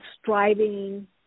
striving